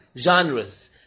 genres